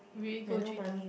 we go three times